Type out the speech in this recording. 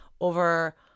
over